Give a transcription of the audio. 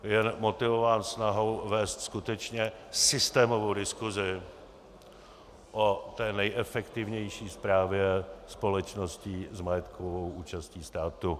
Je motivován snahou vést skutečně systémovou diskusi o nejefektivnější správě společností s majetkovou účastí státu.